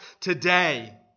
today